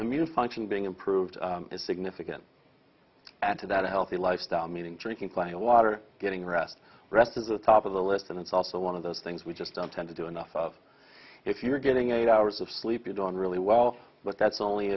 immune function being improved is significant add to that a healthy lifestyle meaning drinking plenty of water getting rest rest is a top of the list and it's also one of those things we just don't tend to do enough of if you're getting eight hours of sleep you don't really well but that's only